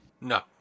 No